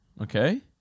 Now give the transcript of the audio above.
okay